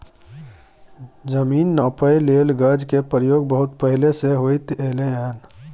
जमीन नापइ लेल गज के प्रयोग बहुत पहले से होइत एलै हन